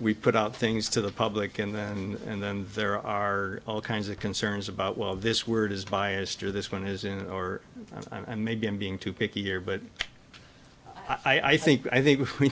we put out things to the public and then there are all kinds of concerns about well this word is biased or this one is in or i maybe i'm being too picky here but i think i think we